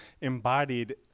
embodied